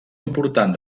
important